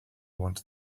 want